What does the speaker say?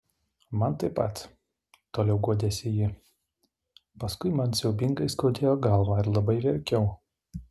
man taip pat toliau guodėsi ji paskui man siaubingai skaudėjo galvą ir labai verkiau